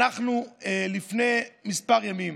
לפני כמה ימים